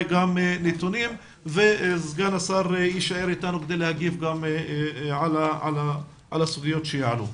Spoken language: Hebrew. גם נתונים וסגן השר יישאר איתנו כדי להגיב על הסוגיות שיעלו.